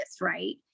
right